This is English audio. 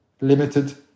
limited